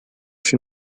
she